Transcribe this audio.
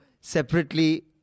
separately